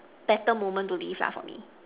better moment to live that for me